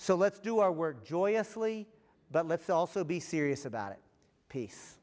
so let's do our work joyously but let's also be serious about it peace